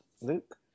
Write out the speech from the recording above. Luke